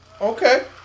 okay